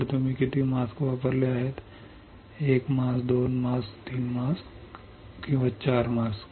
तर तुम्ही किती मास्क वापरले आहेत 1 मास्क 2 मास्क 3 मास्क किंवा 4 मास्क